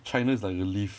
china is like a leaf